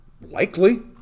Likely